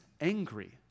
angry